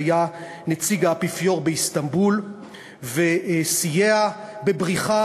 שהיה נציג האפיפיור באיסטנבול וסייע בבריחה